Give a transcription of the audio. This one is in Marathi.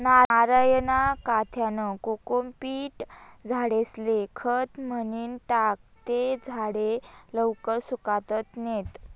नारयना काथ्यानं कोकोपीट झाडेस्ले खत म्हनीन टाकं ते झाडे लवकर सुकातत नैत